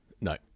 No